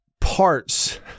parts